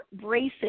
braces